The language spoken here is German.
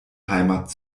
heimat